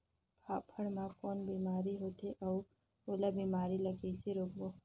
फाफण मा कौन बीमारी होथे अउ ओला बीमारी ला कइसे रोकबो?